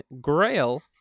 Grail